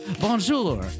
Bonjour